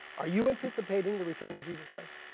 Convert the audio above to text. are you anticipating the return of jesus christ?